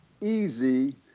easy